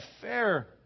fair